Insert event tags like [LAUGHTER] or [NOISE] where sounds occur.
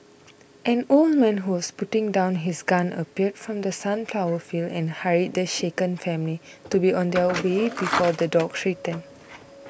an old man who was putting down his gun appeared from the sunflower fields and hurried the shaken family to be on their [NOISE] way before the dogs return